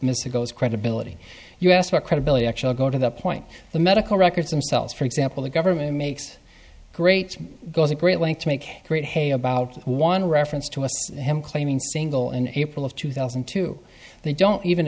mr goelz credibility you asked what credibility actually go to the point the medical records themselves for example the government makes great goes to great length to make great hay about one reference to him claiming single in april of two thousand and two they don't even